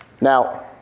Now